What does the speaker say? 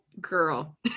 girl